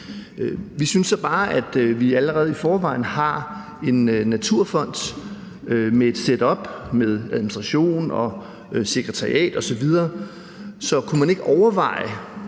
Vi synes så bare, at vi allerede i forvejen har en naturfond med et setup med administration og sekretariat osv., så kunne man ikke overveje,